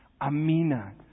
Amina